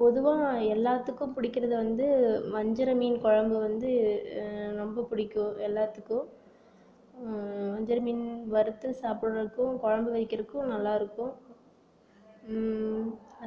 பொதுவாக எல்லாத்துக்கும் பிடிக்கிறது வந்து வஞ்சரம் மீன் குழம்பு வந்து ரொம்ப பிடிக்கும் எல்லாத்துக்கும் வஞ்சரம் மீன் வறுத்து சாப்பிறதுக்கும் குழம்பு வைக்கிறக்கும் நல்லாயிருக்கும்